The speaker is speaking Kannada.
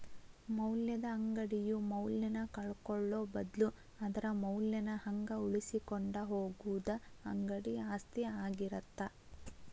ಮೌಲ್ಯದ ಅಂಗಡಿಯು ಮೌಲ್ಯನ ಕಳ್ಕೊಳ್ಳೋ ಬದ್ಲು ಅದರ ಮೌಲ್ಯನ ಹಂಗ ಉಳಿಸಿಕೊಂಡ ಹೋಗುದ ಅಂಗಡಿ ಆಸ್ತಿ ಆಗಿರತ್ತ